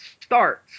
starts